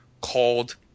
called